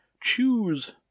choose